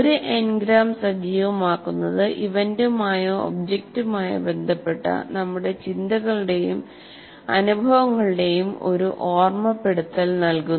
ഒരു എൻഗ്രാം സജീവമാക്കുന്നത് ഇവന്റുമായോ ഒബ്ജക്റ്റുമായോ ബന്ധപ്പെട്ട നമ്മുടെ ചിന്തകളുടെയും അനുഭവങ്ങളുടെയും ഒരു ഓർമപ്പെടുത്തൽ നൽകുന്നു